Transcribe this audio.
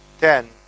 ten